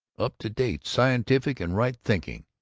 up-to-date, scientific, and right-thinking.